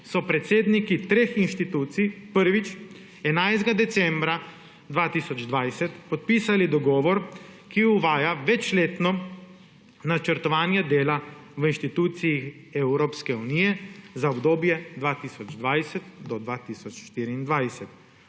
predsedniki treh institucij prvič 11. decembra 2020 podpisali dogovor, ki uvaja večletno načrtovanje dela v institucijah Evropske unije, in sicer za obdobje od 2020 do 2024.